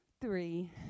three